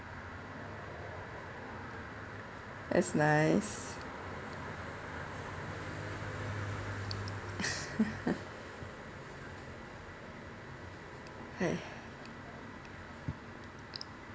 that's nice !hey!